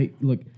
look